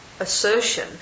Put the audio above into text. assertion